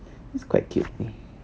this quite cute ni